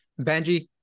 Benji